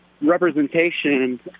representation